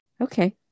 Okay